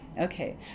Okay